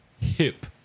hip